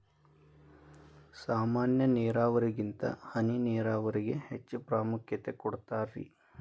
ಸಾಮಾನ್ಯ ನೇರಾವರಿಗಿಂತ ಹನಿ ನೇರಾವರಿಗೆ ಹೆಚ್ಚ ಪ್ರಾಮುಖ್ಯತೆ ಕೊಡ್ತಾರಿ